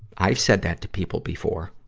i've said that to people before.